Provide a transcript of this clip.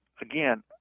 again